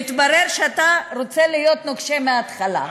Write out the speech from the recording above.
התברר שאתה רוצה להיות נוקשה מהתחלה.